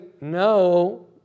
no